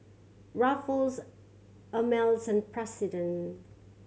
Ruffles Ameltz and President